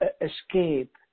escape